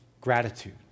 gratitude